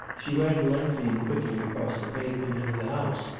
she ran lightly and quickly across the pavement into the house,